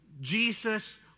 Jesus